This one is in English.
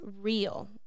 real